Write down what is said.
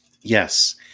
Yes